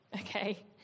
okay